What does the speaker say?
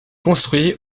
construit